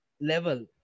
level